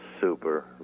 super